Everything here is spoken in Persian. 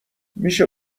میشه